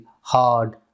hard